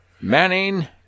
Manning